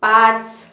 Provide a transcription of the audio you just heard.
पाच